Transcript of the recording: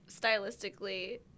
stylistically